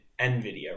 NVIDIA